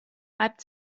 reibt